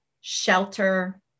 shelter